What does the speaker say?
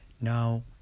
now